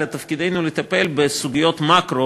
אלא תפקידנו הוא לטפל בסוגיות מקרו,